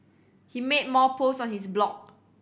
he made more posts on his blog